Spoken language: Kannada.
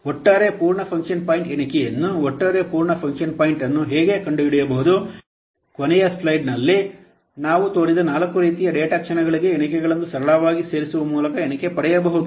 ಒಟ್ಟಾರೆ ಪೂರ್ಣ ಫಂಕ್ಷನ್ ಪಾಯಿಂಟ್ ಎಣಿಕೆಯನ್ನು ಒಟ್ಟಾರೆ ಪೂರ್ಣ ಫಂಕ್ಷನ್ ಪಾಯಿಂಟ್ ಅನ್ನು ಹೇಗೆ ಕಂಡುಹಿಡಿಯಬಹುದು ಕೊನೆಯ ಸ್ಲೈಡ್ನಲ್ಲಿ ನಾವು ನೋಡಿದ 4 ರೀತಿಯ ಡೇಟಾ ಕ್ಷಣಗಳಿಗೆ ಎಣಿಕೆಗಳನ್ನು ಸರಳವಾಗಿ ಸೇರಿಸುವ ಮೂಲಕ ಎಣಿಕೆ ಪಡೆಯಬಹುದು